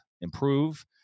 improve